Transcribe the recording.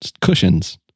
cushions